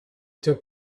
took